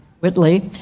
whitley